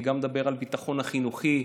אני גם מדבר על ביטחון חינוכי.